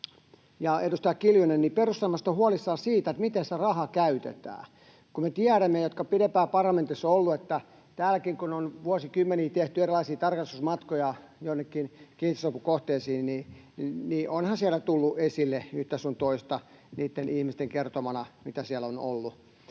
loppuun sanoa, että perussuomalaiset ovat huolissaan siitä, miten se raha käytetään. Kun me, jotka pidempään parlamentissa olemme olleet, tiedämme, että täälläkin on vuosikymmeniä tehty erilaisia tarkastusmatkoja jonnekin kehitysapukohteisiin, niin onhan siellä tullut esille yhtä sun toista niitten ihmisten kertomana, mitä siellä on ollut.